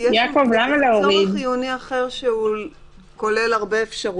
כי זה צורך חיוני אחר שהוא כולל הרבה אפשרויות.